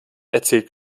erzählt